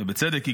ובצדק הגדיר,